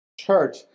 church